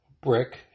brick